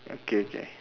okay K